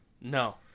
No